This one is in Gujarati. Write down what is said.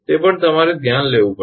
તે પણ તમારે ધ્યાનમાં લેવું પડશે